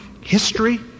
history